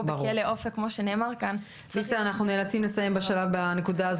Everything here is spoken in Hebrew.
או בכלא אופק כמו שנאמר כאן --- ליסה אנחנו נאלצים לסיים בנקודה הזאת.